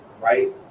right